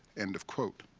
end of quote.